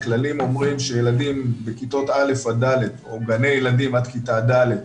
הכללים אומרים שילדים בכיתות א' עד ד' או גני ילדים עד כיתה ד'